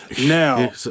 Now